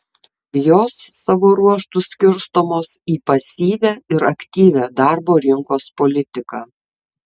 jos savo ruožtu skirstomos į pasyvią ir aktyvią darbo rinkos politiką